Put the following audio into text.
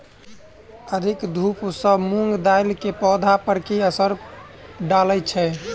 अधिक धूप सँ मूंग दालि केँ पौधा पर की असर डालय छै?